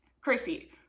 Chrissy